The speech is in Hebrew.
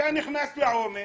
אתה נכנס לעומק